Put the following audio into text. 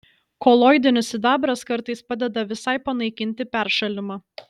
koloidinis sidabras kartais padeda visai panaikinti peršalimą